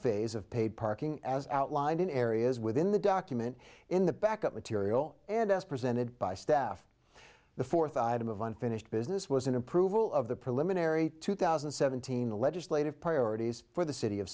phase of paid parking as outlined in areas within the document in the back up material and as presented by staff the fourth item of unfinished business was an approval of the preliminary two thousand and seventeen legislative priorities for the city of